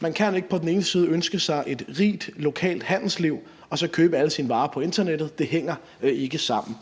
Man kan ikke på den ene side ønske sig et rigt lokalt handelsliv og så på den anden side købe alle sine varer på internettet; det hænger ikke sammen.